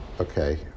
okay